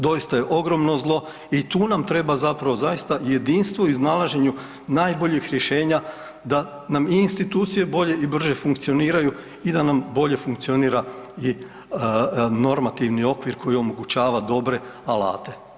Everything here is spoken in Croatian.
Doista je ogromno zlo i tu nam treba zapravo zaista jedinstvo u iznalaženju najboljih rješenja da nam i institucije bolje i brže funkcioniraju i da nam bolje funkcionira i normativni okvir koji omogućava dobre alate.